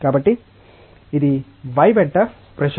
కాబట్టి ఇద y వెంట ప్రెషర్